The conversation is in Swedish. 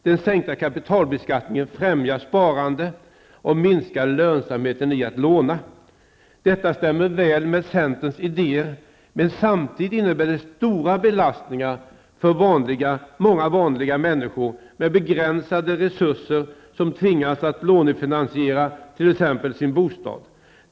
Den sänkta kapitalbeskattningen främjar sparande och minskar lönsamheten i att låna. Detta stämmer väl med centerns idéer, men samtidigt innebär det stora belastningar för många vanliga människor med begränsade resurser som tvingas att lånefinansiera t.ex. sin bostad.